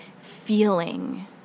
feeling